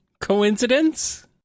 coincidence